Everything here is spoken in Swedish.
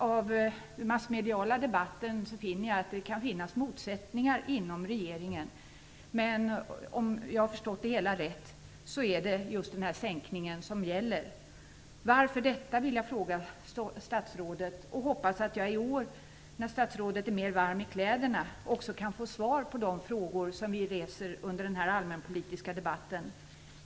Av den massmediala debatten finner jag att det kan finnas motsättningar inom regeringen, men om jag har förstått det hela rätt är det just den här sänkningen som gäller. Varför detta? vill jag fråga statsrådet. Jag hoppas också att vi i år, när statsrådet är mer varm i kläderna, kan få svar på de frågor som vi reser under den här allmänpolitiska debatten.